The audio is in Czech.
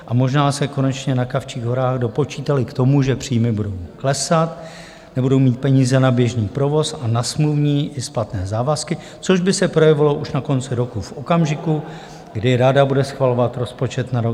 A možná se konečně na Kavčích horách dopočítali k tomu, že příjmy budou klesat, nebudou mít peníze na běžný provoz a na smluvní i splatné závazky, což by se projevilo už na konci roku v okamžiku, kdy rada bude schvalovat rozpočet na rok 2023.